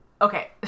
Okay